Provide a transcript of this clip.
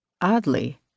Oddly